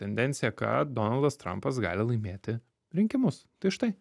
tendencija kad donaldas trampas gali laimėti rinkimus tai štai